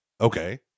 okay